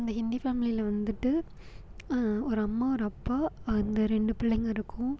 அந்த ஹிந்தி ஃபேமிலில வந்துட்டு ஒரு அம்மா ஒரு அப்பா அந்த ரெண்டு பிள்ளைங்கள் இருக்கும்